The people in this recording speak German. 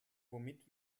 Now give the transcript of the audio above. womit